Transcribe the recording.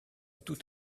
tout